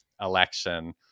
election